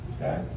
okay